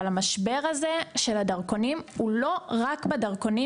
אבל משבר הדרכונים לא היה רק בדרכונים,